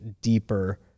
deeper